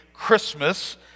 Christmas